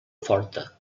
forta